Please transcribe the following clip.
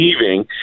leaving